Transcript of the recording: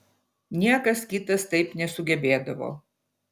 niekas kitas taip nesugebėdavo